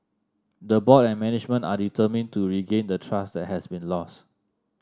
the board and management are determined to regain the trust that has been lost